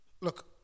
Look